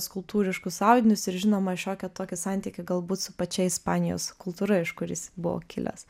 skulptūriškus audinius ir žinoma šiokį tokį santykį galbūt su pačia ispanijos kultūra iš kur jis buvo kilęs